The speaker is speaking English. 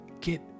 get